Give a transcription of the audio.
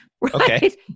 Right